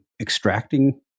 extracting